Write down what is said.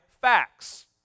facts